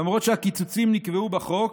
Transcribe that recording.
למרות שהקיצוצים נקבעו בחוק,